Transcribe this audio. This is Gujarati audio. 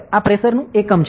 આ પ્રેશરનું એકમ છે